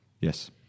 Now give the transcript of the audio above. Yes